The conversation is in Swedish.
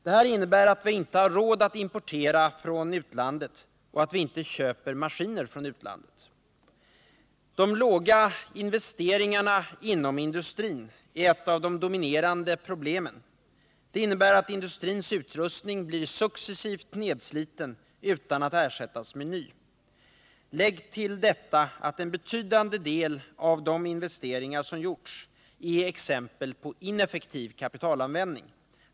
Det innebär att vi inte har råd att importera från utlandet och att vi inte köper maskiner från utlandet. De låga investeringarna inom industrin är ett av de dominerande problemen. De innebär att industrins utrustning successivt har blivit nedsliten utan att ersättas med ny. Lägg till detta att en betydande del av de investeringar som gjorts är exempel på ineffektiv kapitalanvändning.